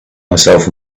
myself